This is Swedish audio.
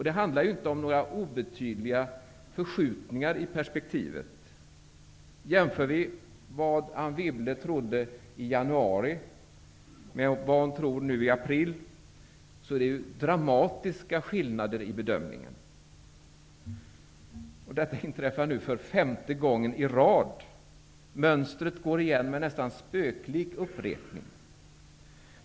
Det handlar inte om några obetydliga förskjutningar i perspektivet. Om man jämför det som Anne Wibble trodde i januari med vad hon tror nu i april, är det dramatiska skillnader i bedömningarna. Detta inträffar nu för femte gången i rad. Mönstret går igen med nästan spöklik upprepning.